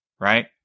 right